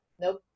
Nope